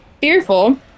fearful